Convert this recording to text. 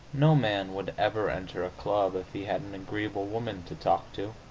no man would ever enter a club if he had an agreeable woman to talk to.